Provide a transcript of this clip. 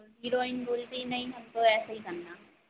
और हीरोइन बोलती नहीं हमको ऐसा ही करना